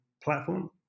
platform